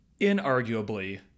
inarguably